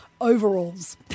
overalls